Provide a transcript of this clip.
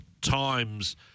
times